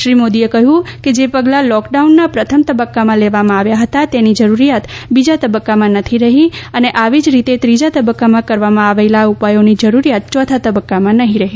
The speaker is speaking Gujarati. શ્રી મોદીએ કહ્યું છે કે જે પગલા લોકડાઉનના પ્રથમ તબકકામાં લેવામાં આવ્યા હતા તેની જરૂરીયાત બીજા તબકકામાં નથી રહી અને આવી જ રીતે ત્રીજા તબકકામાં કરવામાં આવેલા ઉપાયોની જરૂરીયાત ચોથા તબકકામાં નહી રહે